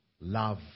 love